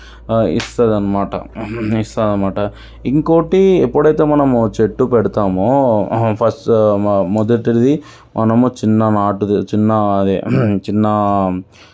ఇస్తుందనమాట ఇస్తుందనమాట ఇంకోకటి ఎప్పుడైతే మనము చెట్టు పెడతామో ఫస్ట్ మొ మొదటిది మనము చిన్ననాటుది చిన్న అది చిన్న